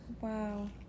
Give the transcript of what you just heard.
wow